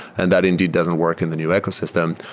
and that indeed doesn't work in the new ecosystem.